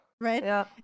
right